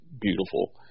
beautiful